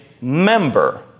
member